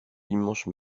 dimanche